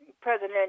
President